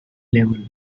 level